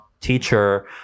teacher